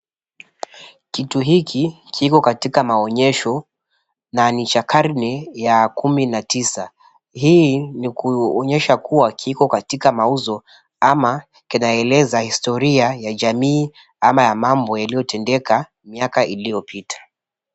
Kitu hiki kiko katika maonyesho na ni cha karne ya kumi na tisa. Hii ni kuonyesha kuwa kiko katika mauzo ama kinaeleza historia ya jamii ama mambo yaliyotendeka.